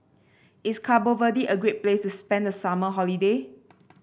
is Cabo Verde a great place to spend the summer holiday